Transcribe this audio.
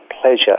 pleasure